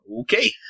Okay